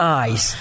eyes